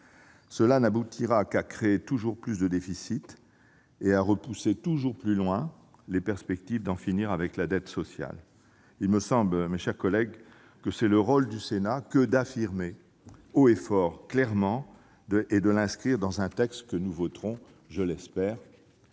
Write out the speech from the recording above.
Cela n'aboutira qu'à créer toujours plus de déficits et à repousser toujours plus loin les perspectives d'en finir avec la dette sociale. Il me semble, mes chers collègues, que c'est le rôle du Sénat que de l'affirmer haut et fort, clairement, et de l'inscrire dans un texte que nous voterons. Permettez-moi